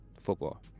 football